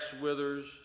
withers